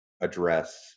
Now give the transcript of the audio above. address